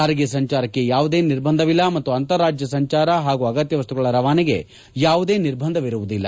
ಸಾರಿಗೆ ಸಂಚಾರಕ್ಕೆ ಯಾವುದೇ ನಿರ್ಬಂಧವಿಲ್ಲ ಮತ್ತು ಅಂತರಾಜ್ಯ ಸಂಚಾರ ಹಾಗೂ ಅಗತ್ಯ ವಸ್ತುಗಳ ರವಾನೆಗೆ ಯಾವುದೇ ನಿರ್ಬಂಧವಿರುವುದಿಲ್ಲ